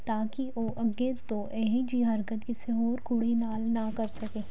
ਤਾਂ ਕਿ ਉਹ ਅੱਗੇ ਤੋਂ ਇਹੋ ਹੀ ਜਿਹੀ ਹਰਕਤ ਕਿਸੇ ਹੋਰ ਕੁੜੀ ਨਾਲ ਨਾ ਕਰ ਸਕੇ